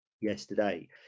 yesterday